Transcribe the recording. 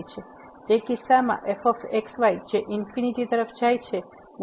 તે કિસ્સામાં fx y જે ઇન્ફીનીટી તરફ જાય છે